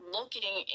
looking